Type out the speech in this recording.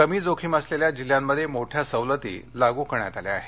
कमी जोखीम असलेल्या जिल्ह्यांमध्ये मोठ्या सवलती लागू करण्यात आल्या आहेत